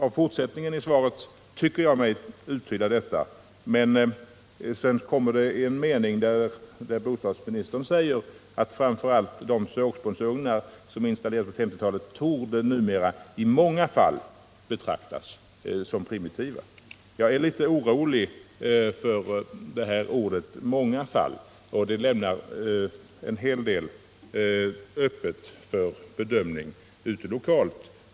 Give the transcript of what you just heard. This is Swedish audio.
Av fortsättningen i svaret tycker jag mig uttyda detta, men sedan kommer det en mening där bostadsministern säger: ”Framför allt de sågspånsugnar som installerades på 1950-talet torde numera i många fall betraktas som primitiva.” Jag är litet orolig för orden ”många fall”, som lämnar en hel del öppet för bedömning lokalt.